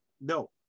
no